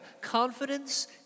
Confidence